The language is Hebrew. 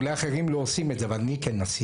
אולי אחרים לא עושים את זה אבל אני כן עשיתי.